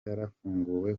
yarafunguwe